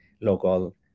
local